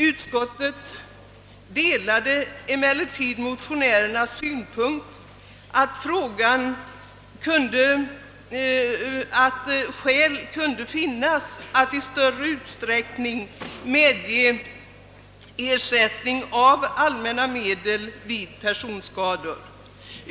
Utskottet delade emellertid motionärernas synpunkt att skäl kunde finnas att i större utsträckning medge ersättning av allmänna medel vid personskador.